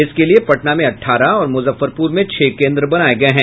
इसके लिये पटना में अठारह और मुजफ्फरपुर में छह केंद्र बनाये गये हैं